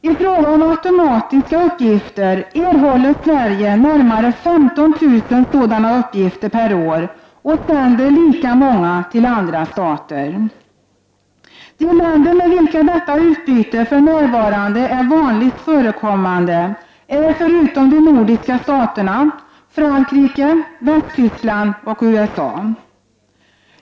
Sverige erhåller närmare 15 000 automatiska uppgifter per år och sänder lika många till andra stater. De länder med vilka detta utbyte för närvarande är vanligast förekommande är, förutom de nordiska staterna, Frankrike, Västtyskland och USA.